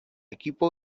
equipo